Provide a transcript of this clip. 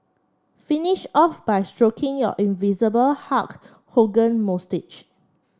finish off by stroking your invisible Hulk Hogan moustache